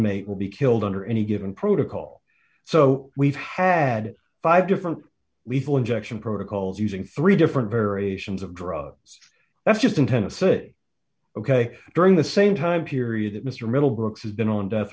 inmate will be killed under any given protocol so we've had five different lethal injection protocols using three different variations of drugs that's just in tennessee it ok during the same time period that mr middlebrook has been on death